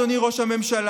אדוני ראש הממשלה,